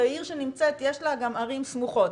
ויש לה גם ערים סמוכות.